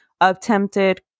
attempted